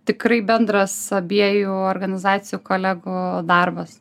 tikrai bendras abiejų organizacijų kolegų darbas